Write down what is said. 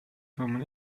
kommen